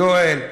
יואל,